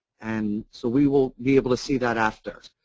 and so we will be able to see that after.